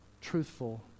truthful